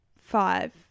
Five